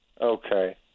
Okay